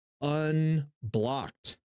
unblocked